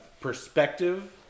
perspective